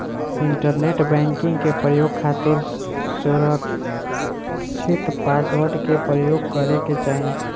internet banking के प्रयोग खातिर सुरकछित पासवर्ड के परयोग करे के चाही